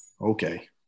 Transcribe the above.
okay